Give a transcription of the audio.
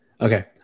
okay